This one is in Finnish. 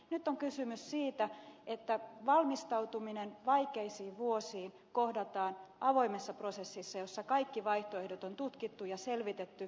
nyt on kysymys siitä että valmistautuminen vaikeisiin vuosiin kohdataan avoimessa prosessissa jossa kaikki vaihtoehdot on tutkittu ja selvitetty